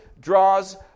draws